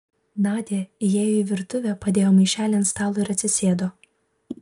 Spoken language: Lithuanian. nadia įėjo į virtuvę padėjo maišelį ant stalo ir atsisėdo